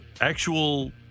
actual